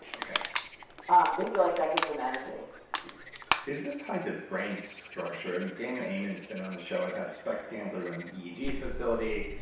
um they feel like that gives them energy is this tied to brain structure? i mean, daniel amen has been on the show. i've had spect scans. i ran the eeg facility,